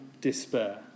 despair